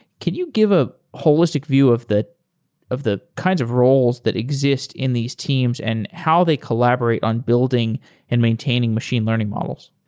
can you give a holistic view of the of the kinds of roles that exist in these teams and how they collaborate on building and maintaining machine learning models?